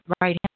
right